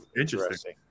interesting